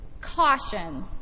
caution